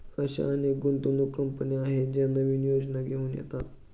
अशा अनेक गुंतवणूक कंपन्या आहेत ज्या नवीन योजना घेऊन येतात